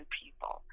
people